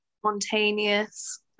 spontaneous